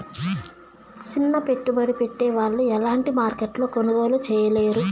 సిన్న పెట్టుబడి పెట్టే వాళ్ళు అలాంటి మార్కెట్లో కొనుగోలు చేయలేరు